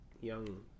young